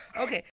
Okay